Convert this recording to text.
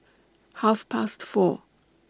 Half Past four